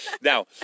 Now